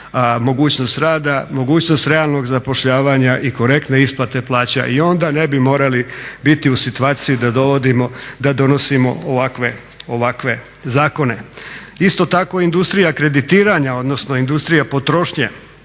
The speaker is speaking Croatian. mogućnost rada, mogućnost realnog zapošljavanja i korektne isplate plaća i onda ne bi morali biti u situaciji da donosimo ovakve zakone. Isto tako industrija kreditiranja odnosno industrija potrošnje